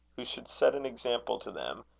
who should set an example to them,